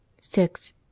six